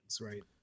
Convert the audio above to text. right